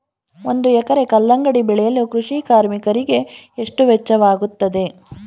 ಒಂದು ಎಕರೆ ಕಲ್ಲಂಗಡಿ ಬೆಳೆಯಲು ಕೃಷಿ ಕಾರ್ಮಿಕರಿಗೆ ಎಷ್ಟು ವೆಚ್ಚವಾಗುತ್ತದೆ?